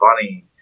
funny